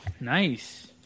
Nice